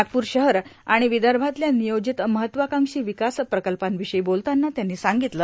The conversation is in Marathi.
नागपूर शहर आणि विदर्भातल्या नियोजित महत्वाकांक्षी विकास प्रकल्पांविषयी बोलताना त्यांनी सांगितलं